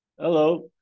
hello